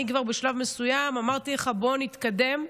אני כבר בשלב מסוים אמרתי לך: בוא נתקדם,